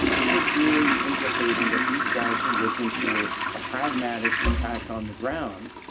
this was really indicating that these guys are looking for a pragmatic impact on the ground,